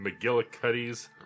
McGillicuddy's